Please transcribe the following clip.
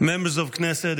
Members of Knesset,